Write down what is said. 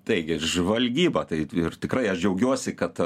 taigi žvalgyba tai ir tikrai aš džiaugiuosi kad